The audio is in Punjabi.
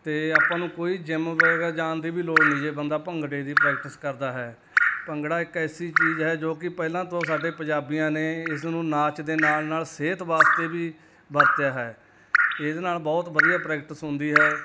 ਅਤੇ ਆਪਾਂ ਨੂੰ ਕੋਈ ਜਿਮ ਵਗੈਰਾ ਜਾਣ ਦੀ ਵੀ ਲੋੜ ਨਹੀਂ ਜੇ ਬੰਦਾ ਭੰਗੜੇ ਦੀ ਪ੍ਰੈਕਟਿਸ ਕਰਦਾ ਹੈ ਭੰਗੜਾ ਇੱਕ ਐਸੀ ਚੀਜ਼ ਹੈ ਜੋ ਕਿ ਪਹਿਲਾਂ ਤੋਂ ਸਾਡੇ ਪੰਜਾਬੀਆਂ ਨੇ ਇਸ ਨੂੰ ਨਾਚ ਦੇ ਨਾਲ ਨਾਲ ਸਿਹਤ ਵਾਸਤੇ ਵੀ ਵਰਤਿਆ ਹੈ ਇਹਦੇ ਨਾਲ ਬਹੁਤ ਵਧੀਆ ਪ੍ਰੈਕਟਿਸ ਹੁੰਦੀ ਹੈ